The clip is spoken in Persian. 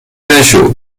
نشو